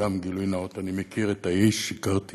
גילוי נאות: אני מכיר את האיש, הכרתי